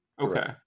Okay